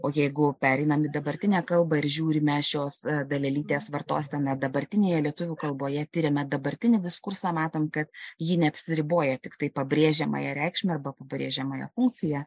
o jeigu pereinam į dabartinę kalbą ir žiūrime šios dalelytės vartoseną dabartinėje lietuvių kalboje tiriame dabartinį diskursą matom kad ji neapsiriboja tiktai pabrėžiamąja reikšme arba pabrėžiamąja funkcijąa